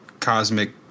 cosmic